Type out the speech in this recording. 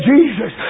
Jesus